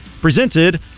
presented